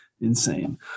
insane